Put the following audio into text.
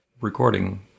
recording